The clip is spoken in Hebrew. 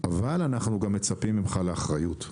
אבל אנחנו גם מצפים ממך לאחריות.